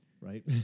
Right